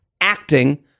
acting